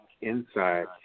Inside